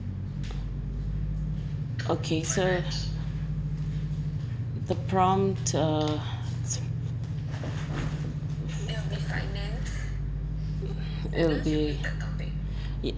okay so the prompt uh i~ will be i~